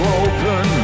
open